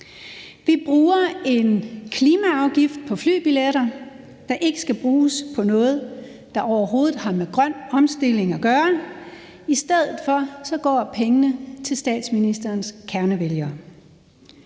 Vi lægger en klimaafgift på flybilletter, som ikke skal bruges på noget, der overhovedet har med grøn omstilling at gøre, for så i stedet at lade pengene fra den gå til statsministerens kernevælgere.